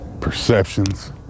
perceptions